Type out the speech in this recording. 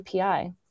API